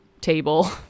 table